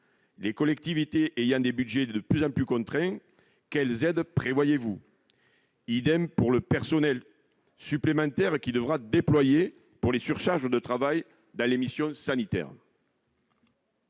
Les collectivités ayant des budgets de plus en plus contraints, quelles aides prévoyez-vous ? pour le personnel supplémentaire qui devra être déployé pour faire face à des surcharges de travail dans les missions sanitaires.